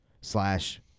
slash